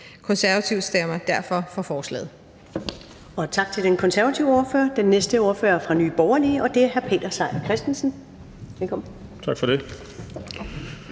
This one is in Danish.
Første næstformand (Karen Ellemann): Tak til den konservative ordfører. Den næste ordfører er fra Nye Borgerlige, og det er hr. Peter Seier Christensen. Velkommen. Kl.